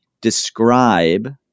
describe